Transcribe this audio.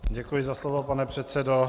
Děkuji za slovo, pane předsedo.